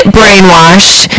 brainwashed